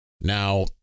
Now